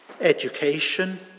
Education